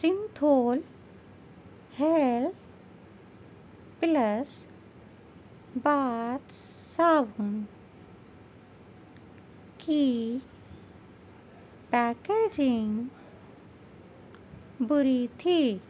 سنتھول health plus bath صابن کی packaging بری تھی